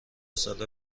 ساله